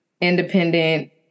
independent